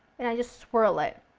and i just swirl it,